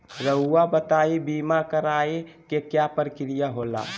रहुआ बताइं बीमा कराए के क्या प्रक्रिया होला?